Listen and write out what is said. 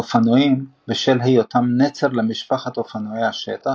האופנועים, בשל היותם נצר למשפחת אופנועי השטח,